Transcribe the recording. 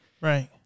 Right